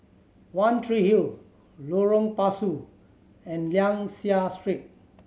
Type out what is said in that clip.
One Tree Hill Lorong Pasu and Liang Seah Street